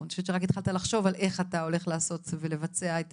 עוד שרק התחלת לחשוב על איך אתה הולך לעשות ולבצע את